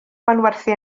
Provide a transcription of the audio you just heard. manwerthu